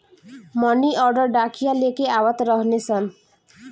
मनी order डाकिया लेके आवत रहने सन